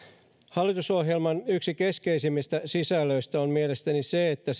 hallitusohjelman yksi keskeisimmistä sisällöistä on mielestäni se että